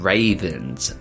Ravens